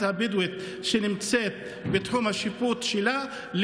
הבדואית שנמצאת בתחום השיפוט שלה,